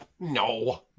No